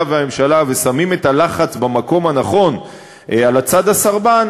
והממשלה ושמים את הלחץ במקום הנכון על הצד הסרבן?